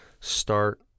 start